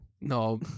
No